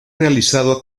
realizado